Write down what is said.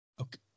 okay